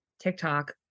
tiktok